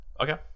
okay